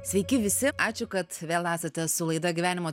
sveiki visi ačiū kad vėl esate su laida gyvenimo